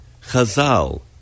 Chazal